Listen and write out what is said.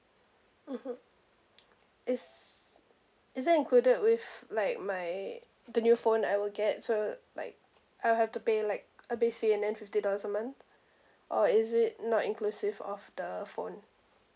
mmhmm is is that included with like my the new phone I will get so like I'll have to pay like a base fee and then fifty dollars a month or is it not inclusive of the phone